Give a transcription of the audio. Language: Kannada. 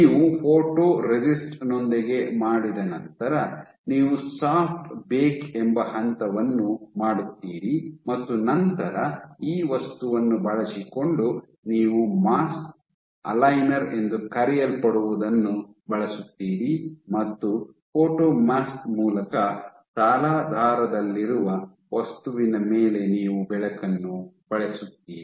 ನೀವು ಫೋಟೊರೆಸಿಸ್ಟ್ ನೊಂದಿಗೆ ಮಾಡಿದ ನಂತರ ನೀವು ಸಾಫ್ಟ್ ಬೇಕ್ ಎಂಬ ಹಂತವನ್ನು ಮಾಡುತ್ತೀರಿ ಮತ್ತು ನಂತರ ಈ ವಸ್ತುವನ್ನು ಬಳಸಿಕೊಂಡು ನೀವು ಮಾಸ್ಕ್ ಅಲೈನರ್ ಎಂದು ಕರೆಯಲ್ಪಡುವದನ್ನು ಬಳಸುತ್ತೀರಿ ಮತ್ತು ಫೋಟೋ ಮಾಸ್ಕ್ ಮೂಲಕ ತಲಾಧಾರದಲ್ಲಿರುವ ವಸ್ತುವಿನ ಮೇಲೆ ನೀವು ಬೆಳಕನ್ನು ಹೊಳೆಸುತ್ತೀರಿ